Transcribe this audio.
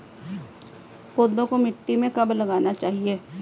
पौधे को मिट्टी में कब लगाना चाहिए?